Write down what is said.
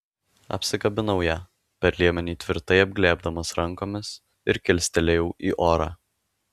apsikabinau ją per liemenį tvirtai apglėbdamas rankomis ir kilstelėjau į orą